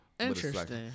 Interesting